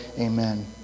amen